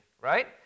right